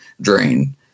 drain